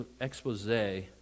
expose